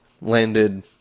landed